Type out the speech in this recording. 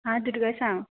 आं दुर्गा सांग